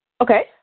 Okay